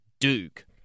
Duke